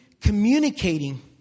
communicating